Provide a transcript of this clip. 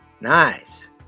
Nice